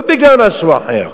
לא בגלל משהו אחר.